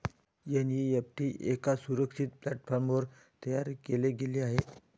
NEFT एका सुरक्षित प्लॅटफॉर्मवर तयार केले गेले आहे